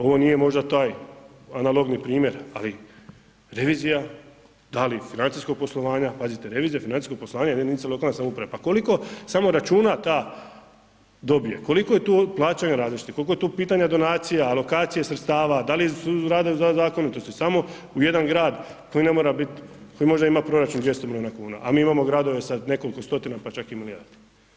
Ovo nije možda taj analogni primjer, ali revizija da li financijskog poslovanja, pazite revizija financijskog poslovanja jedinica lokalne samouprave, pa koliko samo računa ta dobije, koliko je tu plaćanja različitih, kolko je tu pitanja donacija, alokacije sredstava, da li rade zakonitosti samo u jedan grad koji ne mora bit, koji možda ima proračun 200 miliona kuna, a mi imamo gradove sa nekoliko stotina pa čak i milijardi.